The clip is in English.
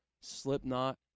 Slipknot